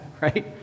Right